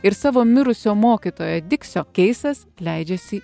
ir savo mirusio mokytojo diksio keisas leidžiasi